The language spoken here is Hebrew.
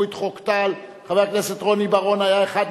יש, אין.